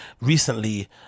recently